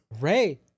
Ray